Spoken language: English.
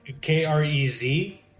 K-R-E-Z